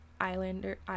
Islander